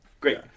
great